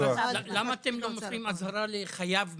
למה אתם לא מוסרים אזהרה לחייב משתמט?